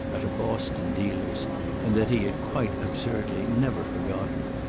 at a boston dealer's and that he had quite absurdly never forgotten.